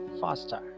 faster